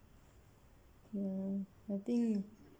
ya I think